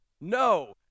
No